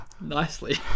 nicely